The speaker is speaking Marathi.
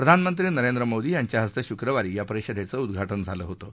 प्रधानमंत्री नरेंद्र मोदी यांच्याहस्ते शुक्रवारी या परिषदेचं उद्घाटन झालं होतं